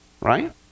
Right